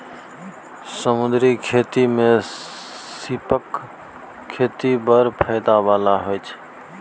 समुद्री खेती मे सीपक खेती बड़ फाएदा बला होइ छै